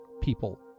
people